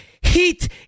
heat